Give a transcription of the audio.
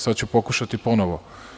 Sada ću pokušati ponovo.